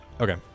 Okay